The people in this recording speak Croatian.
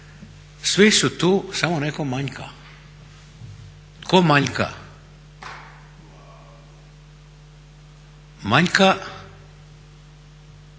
svi su tu samo neko manjka. Tko manjka? Manjka